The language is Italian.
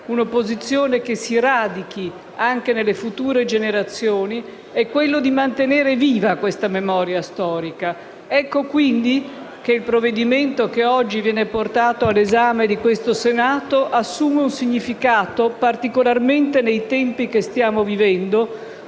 un'opposizione reale, che si radichi anche nelle future generazioni, è quello di mantenere viva questa memoria storica. Ecco quindi che il provvedimento che oggi viene portato all'esame del Senato assume un significato, particolarmente nei tempi che stiamo vivendo,